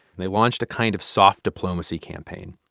they launched a kind of soft diplomacy campaign.